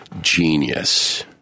genius